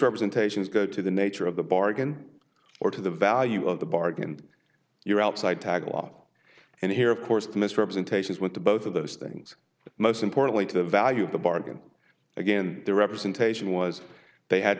representations go to the nature of the bargain or to the value of the bargain you're outside tagalog and here of course misrepresentations went to both of those things most importantly to the value of the bargain again the representation was they had